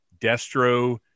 Destro